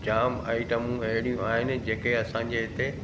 जामु आइटमूं अहिड़ियूं आहिनि जेके असांजे हिते